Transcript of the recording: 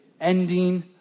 ending